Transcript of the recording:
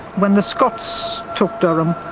when the scots took durham,